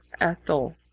Ethel